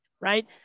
Right